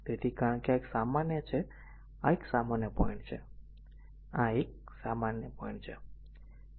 તેથી કારણ કે આ એક સામાન્ય છે આ એક સામાન્ય પોઈન્ટ છે આ એક સામાન્ય પોઈન્ટ છે